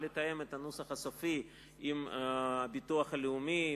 ולתאם את הנוסח הסופי עם המוסד לביטוח לאומי,